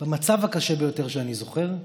במצב הקשה ביותר שאני זוכר,